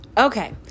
okay